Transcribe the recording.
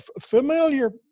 familiar